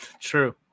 true